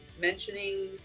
mentioning